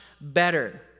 better